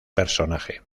personaje